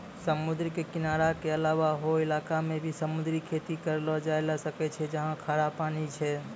समुद्र के किनारा के अलावा हौ इलाक मॅ भी समुद्री खेती करलो जाय ल सकै छै जहाँ खारा पानी छै